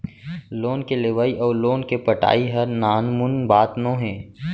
loan के लेवइ अउ लोन के पटाई ह नानमुन बात नोहे